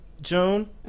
June